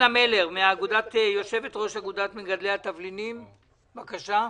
אנה מלר, יושבת-ראש אגודת מגדלי התבלינים, בבקשה.